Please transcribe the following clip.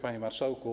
Panie Marszałku!